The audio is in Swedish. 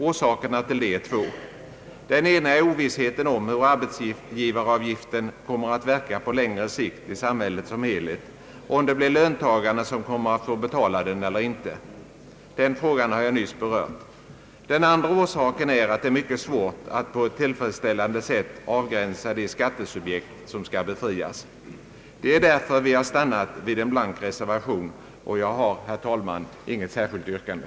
Orsakerna till detta är två. Den ena är ovissheten om hur arbetsgivaravgiften kommer att verka på längre sikt i samhället som helhet — om det blir löntagarna som kommer att få betala den eller inte. Den frågan har jag nyss berört. Den andra orsaken är att det är mycket svårt att på ett tillfredsställande sätt avgränsa de skatteobjekt som skulle befrias. Det är därför som vi har stannat vid en blank reservation. Jag har, herr talman, inte något särskilt yrkande.